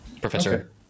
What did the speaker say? Professor